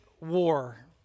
war